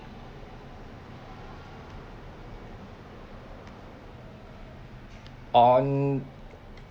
on